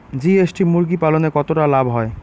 GST মুরগি পালনে কতটা লাভ হয়?